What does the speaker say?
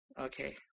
Okay